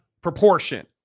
proportion